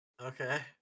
Okay